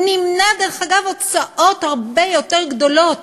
נמנע, דרך אגב, הוצאות הרבה יותר גדולות